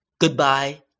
Goodbye